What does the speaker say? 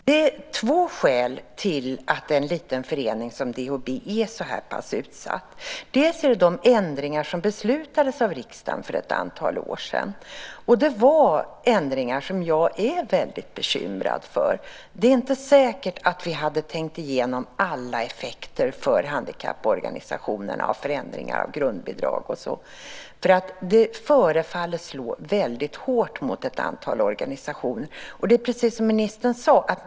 Det är två skäl till att en liten förening som DHB är så här pass utsatt. Det handlar om de ändringar som beslutades av riksdagen för ett antal år sedan. Det var ändringar som jag är väldigt bekymrad över. Det är inte säkert att vi hade tänkt igenom alla effekter för handikapporganisationerna av förändringar av grundbidrag. Det förefaller slå väldigt hårt mot ett antal organisationer. Det är precis som ministern sade.